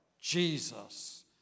Jesus